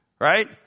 Right